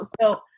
So-